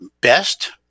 best